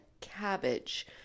cabbage